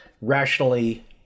rationally